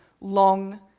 long